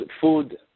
food